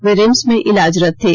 वे RIMS में इलाजरत थे